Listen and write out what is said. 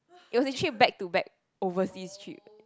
it was actually a back to back overseas trip